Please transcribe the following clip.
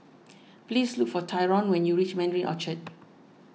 please look for Tyron when you reach Mandarin Orchard